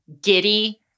giddy